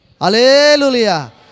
Hallelujah